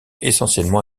essentiellement